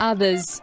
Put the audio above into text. Others